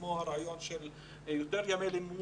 כמו הרעיון של יותר ימי לימודים,